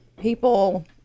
people